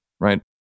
right